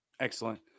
Excellent